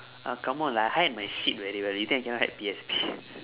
oh come on lah I hide my shit very well you think I cannot hide P_S_P